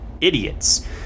idiots